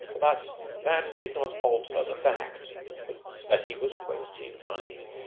but that did not alter the fact that he was wasting money.